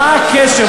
מה הקשר?